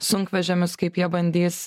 sunkvežimius kaip jie bandys